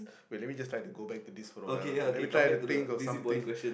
wait let me just try to go back to this for awhile let me try to think of something